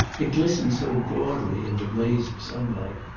it glistened so gaudily in the blaze of sunlight.